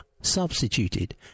substituted